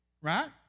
right